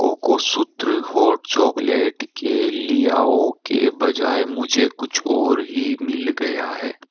cocoa सूत्र hot chocolate के लियाओ के बजाय मुझे कुछ और ही मिल गया है